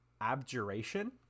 abjuration